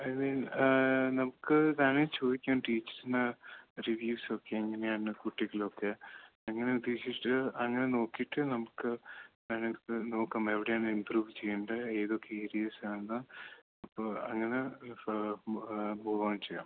അതിൽ നമുക്ക് വേണമെങ്കിൽ ചോദിക്കാം ടീച്ചറിന് റിവ്യൂസൊക്കെ എങ്ങനെയാണ് കുട്ടികളൊക്കെ എങ്ങനെ ഉദ്ദേശിച്ച് അങ്ങനെ നോക്കിയിട്ട് നമുക്ക് വേണമെങ്കിൽ ഇത് നോക്കാം എവിടെയാണ് ഇമ്പ്രൂവ് ചെയ്യേണ്ടത് ഏതൊക്കെ ഏരിയാസാണ് ഇപ്പോൾ അങ്ങനെ മൂവോൺ ചെയ്യാം